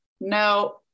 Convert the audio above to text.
No